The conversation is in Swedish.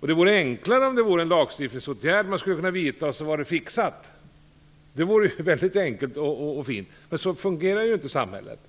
Det vore enklare om man skulle kunna vidta en lagstiftningsåtgärd och så var det fixat. Det vore väldigt enkelt och fint. Men så fungerar ju inte samhället.